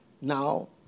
now